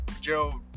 Joe